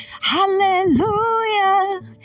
hallelujah